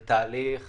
זה תהליך